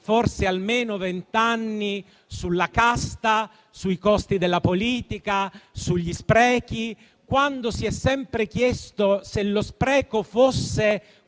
almeno sulla casta, sui costi della politica e sugli sprechi, quando si è sempre chiesto se lo spreco fosse